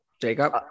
Jacob